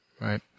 Right